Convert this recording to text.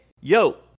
yo